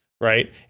right